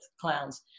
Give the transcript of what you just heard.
clowns